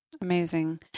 Amazing